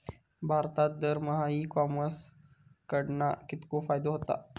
भारतात दरमहा e commerce कडणा कितको फायदो होता?